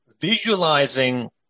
visualizing